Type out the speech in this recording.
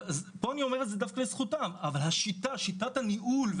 אבל שיטת הניהול,